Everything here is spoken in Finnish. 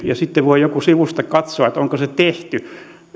ja sitten voi joku sivusta katsoa onko se tehty